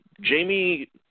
Jamie